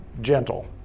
gentle